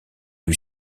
lui